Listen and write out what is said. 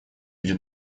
или